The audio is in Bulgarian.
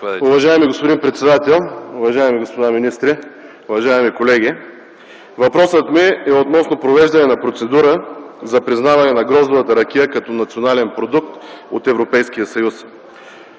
Уважаеми господин председател, уважаеми господа министри, уважаеми колеги! Въпросът ми е относно провеждане на процедура за признаване на гроздовата ракия като национален продукт от Европейския съюз.